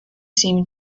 seemed